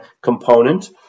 component